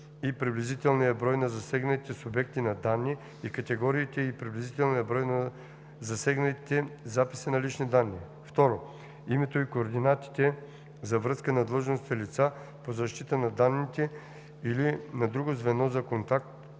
и приблизителния брой на засегнатите субекти на данни и категориите и приблизителния брой на засегнатите записи на лични данни; 2. името и координатите за връзка на длъжностното лице по защита на данните или на друго звено за контакт,